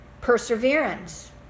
Perseverance